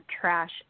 trash